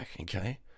okay